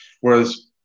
whereas